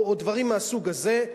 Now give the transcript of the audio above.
או דברים מהסוג הזה,